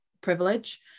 privilege